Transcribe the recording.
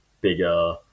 bigger